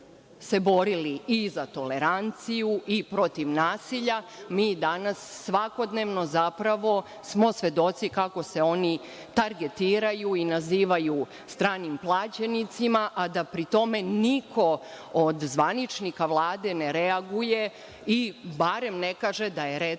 borio i za toleranciju i protiv nasilja. Mi danas svakodnevno zapravo smo svedoci kako se oni targetiraju i nazivaju stranim plaćenicima, a da pri tome niko od zvaničnika Vlade ne reaguje ili barem ne kaže da, recimo,